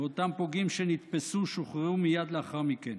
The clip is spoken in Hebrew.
ואותם פוגעים שנתפסו שוחררו מייד לאחר מכן.